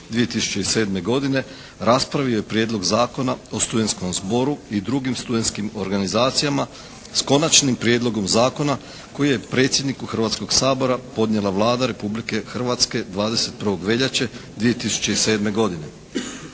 2007. godine raspravio je Prijedlog zakona o studentskom zboru i drugim studentskim organizacijama s Konačnim prijedlogom zakona koji je predsjedniku Hrvatskoga sabora podnijela Vlada Republike Hrvatske 21. veljače 2007. godine.